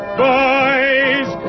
boys